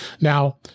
Now